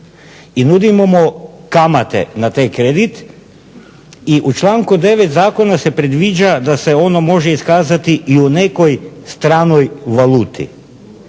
i nudimo mu kamate na taj kredit i u članku 9. Zakona se predviđa da se ono može iskazati i u nekoj stranoj valuti,